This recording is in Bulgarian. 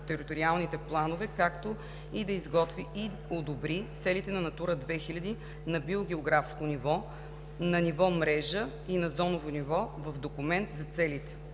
териториалните планове, както и да изготви и одобри целите на „Натура 2000“ на биогеографско ниво, на ниво мрежа и на зоново ниво в Документ за целите.